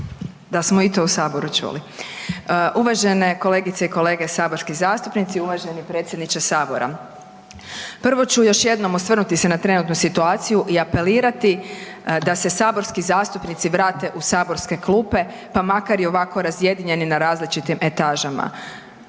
predsjedniče Sabora, uvažene kolegice i kolege saborski zastupnici. Prvo ću još jednom osvrnuti se na trenutnu situaciju i apelirati da se saborski zastupnici vrate u saborske klupe pa makar i ovako razjedinjeni na različitim etažama.